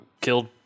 killed